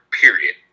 period